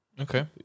Okay